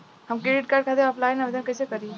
हम credit card खातिर offline आवेदन कइसे करि?